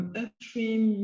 upstream